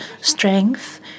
strength